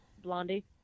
Blondie